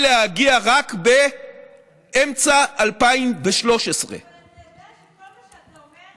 החל להגיע רק באמצע 2013. אבל אתה יודע שכל מה שאתה אומר,